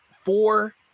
four